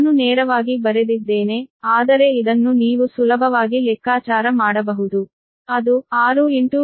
ನಾನು ನೇರವಾಗಿ ಬರೆದಿದ್ದೇನೆ ಆದರೆ ಇದನ್ನು ನೀವು ಸುಲಭವಾಗಿ ಲೆಕ್ಕಾಚಾರ ಮಾಡಬಹುದು ಅದು 6 7